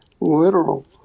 literal